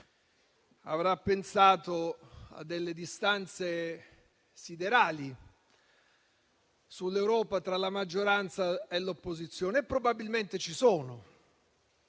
avrà pensato a delle distanze siderali sull'Europa, tra la maggioranza e l'opposizione, che probabilmente ci sono,